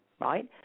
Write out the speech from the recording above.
right